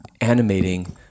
animating